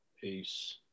Peace